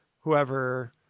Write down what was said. whoever